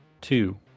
two